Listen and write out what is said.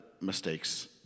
mistakes